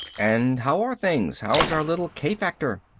and how are things? how's our little k-factor?